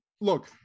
look